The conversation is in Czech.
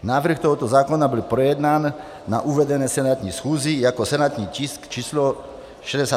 Návrh tohoto zákona byl projednán na uvedené senátní schůzi jako senátní tisk číslo 66.